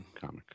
comic